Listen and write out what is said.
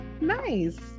Nice